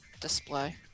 display